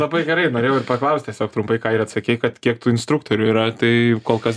labai gerai norėjau ir paklaust tiesiog trumpai ką ir atsakei kad kiek tų instruktorių yra tai kol kas